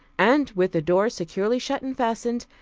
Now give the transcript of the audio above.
and with the door securely shut and fastened,